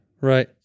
Right